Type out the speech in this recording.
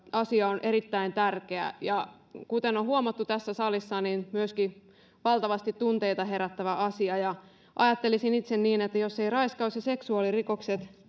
asia on erittäin tärkeä ja kuten on on huomattu tässä salissa myöskin valtavasti tunteita herättävä asia ajattelisin itse että jos eivät raiskaus ja seksuaalirikokset